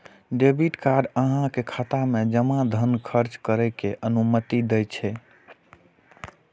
debit card अहांक खाता मे जमा धन खर्च करै के अनुमति दै छै